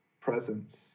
presence